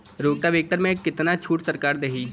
Rotavator में कितना छूट सरकार देही?